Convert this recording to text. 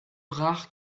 rare